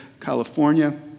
California